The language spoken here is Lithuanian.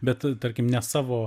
bet tarkim ne savo